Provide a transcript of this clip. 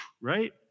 right